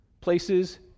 places